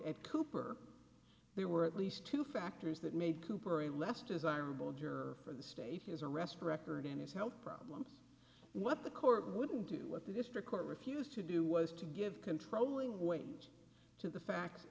at cooper there were at least two factors that made cooper a less desirable juror for the state his arrest record and his health problems what the court wouldn't do what the district court refused to do was to give controlling weight to the fact